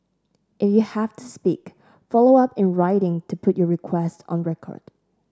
if you have to speak follow up in writing to put your requests on record